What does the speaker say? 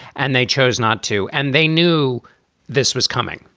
and they chose not to. and they knew this was coming.